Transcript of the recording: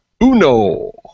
Uno